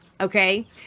okay